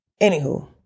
Anywho